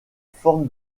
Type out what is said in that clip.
forme